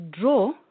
draw